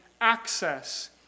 access